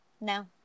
No